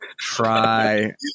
try